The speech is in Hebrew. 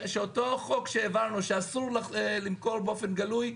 אותו חוק שהעברנו שאסור למכור באופן גלוי,